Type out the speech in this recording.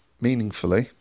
meaningfully